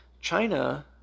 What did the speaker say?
China